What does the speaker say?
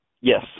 Yes